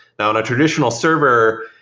now in a traditional server,